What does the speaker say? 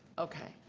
okay.